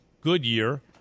Goodyear